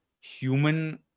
human